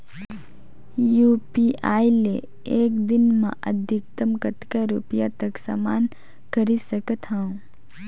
UPI ले एक दिन म अधिकतम कतका रुपिया तक ले समान खरीद सकत हवं?